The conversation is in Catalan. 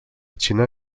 xina